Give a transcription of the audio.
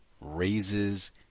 raises